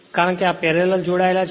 કારણ કે આ પેરેલલજોડાયેલા છે